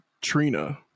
Trina